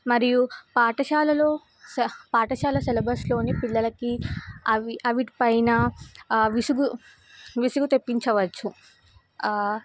మరియు పాఠశాలలో పాఠశాల సెలబస్లోని పిల్లలకి అవి అవిటి పైన విసుగు విసుగు తెప్పించవచ్చు